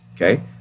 okay